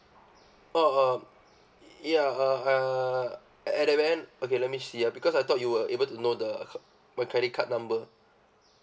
oh um ya uh uh at the end okay let me see ah because I thought you were able to know the my credit card number